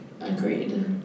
Agreed